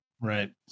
right